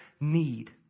need